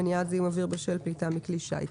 מניעת זיהום אוויר בשל פליטה מכלי שיט.